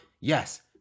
yes